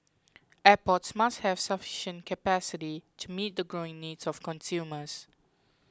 airports must have sufficient capacity to meet the growing needs of consumers